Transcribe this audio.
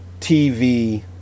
TV